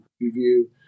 review